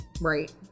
Right